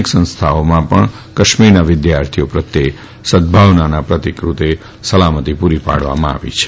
િક સંસ્થાઓમાં પણ કાશ્મીરના વિદ્યાર્થીઓ પ્રત્યે સદ્ભાવનાના પ્રતિકરૂપે સલામતિ પૂરી પાડવામાં આવી છે